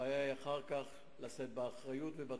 הבעיה היא אחר כך לשאת באחריות ובתוצאות.